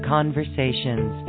Conversations